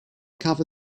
cover